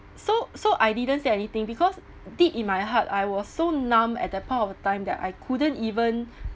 so so I didn't say anything because deep in my heart I was so numb at that point of time that I couldn't even